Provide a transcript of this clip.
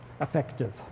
Effective